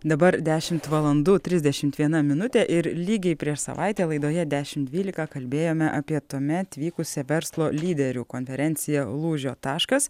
dabar dešimt valandų trisdešimt viena minutė ir lygiai prieš savaitę laidoje dešim dvylika kalbėjome apie tuomet vykusią verslo lyderių konferenciją lūžio taškas